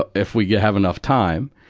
but if we have enough time.